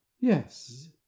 Yes